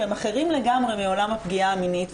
שהם אחרים לגמרי מעולם הפגיעה המינית,